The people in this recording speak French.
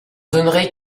donnerai